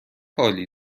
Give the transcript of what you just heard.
حالی